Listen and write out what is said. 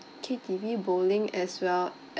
K_T_V bowling as well